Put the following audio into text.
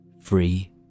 free